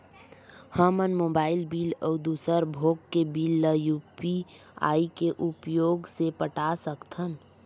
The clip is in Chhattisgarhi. हमन मोबाइल बिल अउ दूसर भोग के बिल ला यू.पी.आई के उपयोग से पटा सकथन